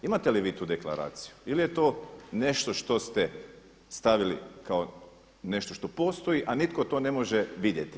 Imate li vi tu deklaraciju ili je to nešto što ste stavili kao nešto što postoji a nitko to ne može vidjeti?